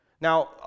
Now